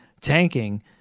tanking